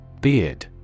Beard